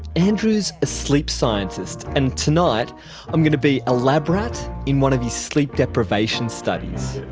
andrew's a sleep scientist, and tonight i'm going to be a lab-rat in one of his sleep deprivation studies.